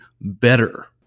better